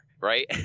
Right